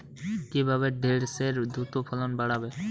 কিভাবে ঢেঁড়সের দ্রুত ফলন বাড়াব?